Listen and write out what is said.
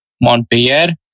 Montpellier